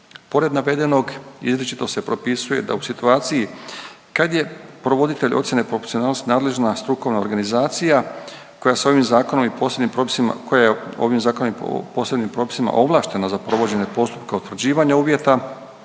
Pored navedenog izričito se propisuje da u situaciji kad je provoditelj ocjene proporcionalnosti nadležna strukovna organizacija koja se ovim zakonom i posebnim propisima, koja je ovim zakonom i posebnim ovlaštena za